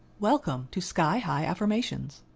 welcome to sky high affirmations!